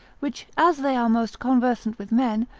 which as they are most conversant with men,